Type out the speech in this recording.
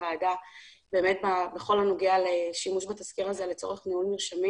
הוועדה בכל הנוגע לשימוש בתזכיר הזה לצורך ניהול מרשמים,